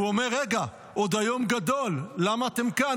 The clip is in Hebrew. הוא אומר: רגע, "עוד היום גדול", למה אתם כאן?